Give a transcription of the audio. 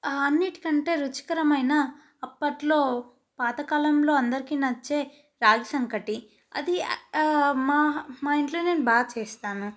అన్నింటికంటే రుచికరమైన అప్పట్లో పాతకాలంలో అందరికి నచ్చే రాగి సంకటి అది మా మా ఇంట్లో నేను బాగా చేస్తాను